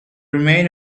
remain